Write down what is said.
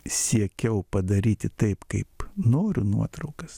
siekiau padaryti taip kaip noriu nuotraukas